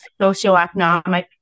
socioeconomic